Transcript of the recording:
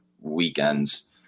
weekends